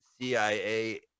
CIA